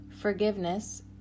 Forgiveness